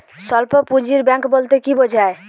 স্বল্প পুঁজির ব্যাঙ্ক বলতে কি বোঝায়?